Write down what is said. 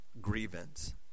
grievance